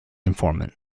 informant